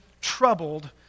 troubled